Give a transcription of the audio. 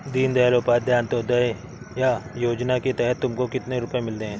दीन दयाल उपाध्याय अंत्योदया योजना के तहत तुमको कितने रुपये मिलते हैं